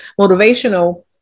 motivational